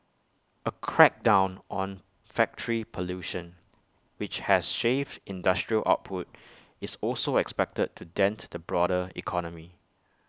A crackdown on factory pollution which has shaved industrial output is also expected to dent the broader economy